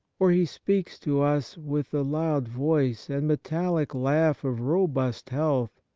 or he speaks to us with the loud voice and metallic laugh of robust health,